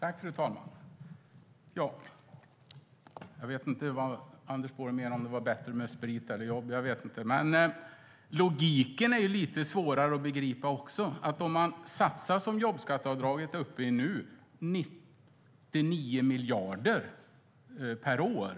Fru talman! Jag vet inte vad Anders Borg menade med att fråga om det är bättre med sprit eller jobb. Logiken är också svårare att begripa. Jobbskatteavdraget är nu uppe i 99 miljarder per år.